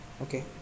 Okay